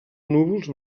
núvols